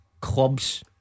clubs